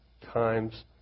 times